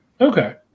Okay